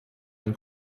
ein